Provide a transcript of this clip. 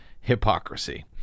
hypocrisy